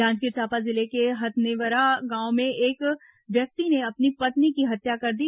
जांजगीर चांपा जिले के हथनेवरा गांव में एक व्यक्ति ने अपनी पत्नी की हत्या कर दी